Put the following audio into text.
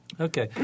Okay